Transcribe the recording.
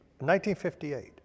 1958